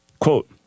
Quote